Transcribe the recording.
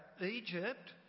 Egypt